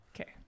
Okay